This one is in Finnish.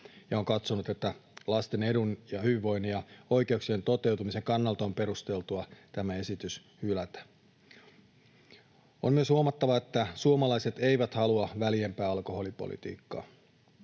on katsonut, että lasten edun ja hyvinvoinnin ja oikeuksien toteutumisen kannalta on perusteltua tämä esitys hylätä. On myös huomattava, että suomalaiset eivät halua väljempää alkoholipolitiikkaa.